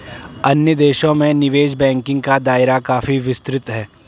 अन्य देशों में निवेश बैंकिंग का दायरा काफी विस्तृत है